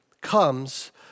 comes